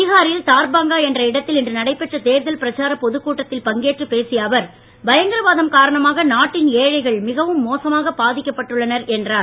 பீகாரில் தார்பங்கா என்ற இடத்தில் இன்று நடைபெற்ற தேர்தல் பிரச்சாரப் பொதுக் கூட்டத்தில் பங்கேற்று பேசிய அவர் பயங்கரவாதம் காரணமாக நாட்டின் ஏழைகள் மிகவும் மோசமாக பாதிக்கப்பட்டுள்ளனர் என்றார்